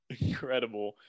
Incredible